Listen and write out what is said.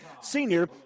senior